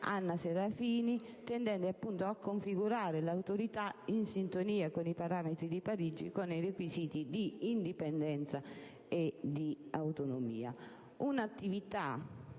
Anna Serafini, tendenti a configurare l'Autorità, in sintonia con i parametri di Parigi, con i requisiti di indipendenza e autonomia. Un'attività